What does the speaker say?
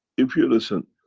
if you listen